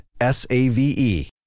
S-A-V-E